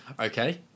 okay